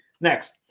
Next